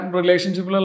relationship